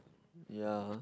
yeah